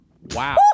wow